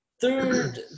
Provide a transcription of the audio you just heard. third